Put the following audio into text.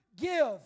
give